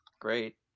Great